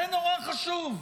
זה נורא חשוב.